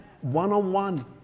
One-on-one